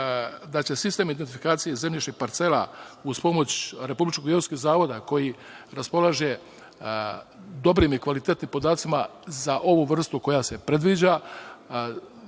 da će sistem identifikacije zemljišnih parcela, uz pomoć Republičkog geodetskog zavoda, koji raspolaže dobrim i kvalitetnim podacima za ovu vrstu koja se predviđa,